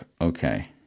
Okay